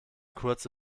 kurze